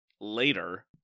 later